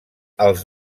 els